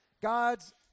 God's